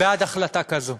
בעד החלטה כזו.